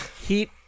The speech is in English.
Heat